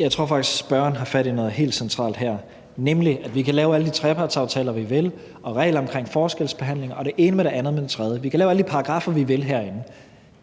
Jeg tror faktisk, at spørgeren har fat i noget helt centralt, nemlig at vi kan lave alle de trepartsaftaler, vi vil, og regler omkring forskelsbehandling og det ene med det andet med det tredje – vi kan lave alle de paragraffer herinde, vi vil,